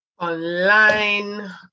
Online